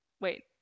wait